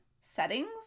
settings